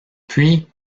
puis